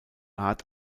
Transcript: art